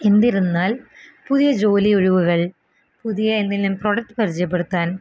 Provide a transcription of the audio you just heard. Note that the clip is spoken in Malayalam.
എന്തിരുന്നാൽ പുതിയ ജോലി ഒഴിവുകൾ പുതിയ എന്തേങ്കിലും പ്രോഡക്റ്റ് പരിചയപ്പെടുത്താൻ